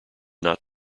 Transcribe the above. not